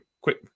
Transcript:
quick